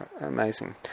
amazing